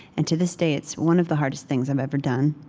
and to this day, it's one of the hardest things i've ever done,